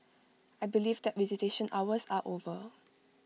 I believe that visitation hours are over